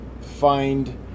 find